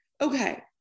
okay